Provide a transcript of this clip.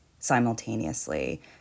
simultaneously